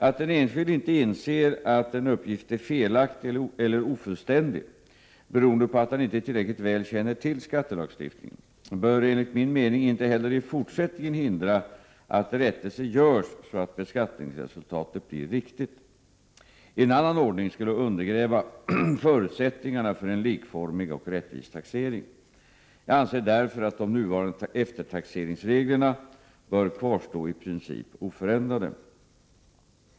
Att en enskild inte inser att en uppgift är felaktig eller ofullständig beroende på att han inte tillräckligt väl känner till skattelagstiftningen bör enligt min mening inte heller i fortsättningen hindra att rättelse görs så att beskattningsresultatet blir riktigt. En annan ordning skulle undergräva förutsättningarna för en likformig och rättvis taxering. Jag anser därför att de nuvarande eftertaxeringsreglerna bör kvarstå i princip oförändrade.